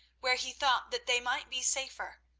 where he thought that they might be safer,